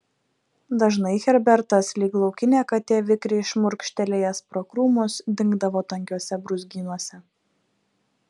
dažnai herbertas lyg laukinė katė vikriai šmurkštelėjęs pro krūmus dingdavo tankiuose brūzgynuose